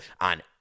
on